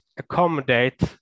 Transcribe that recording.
accommodate